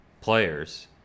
players